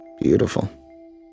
Beautiful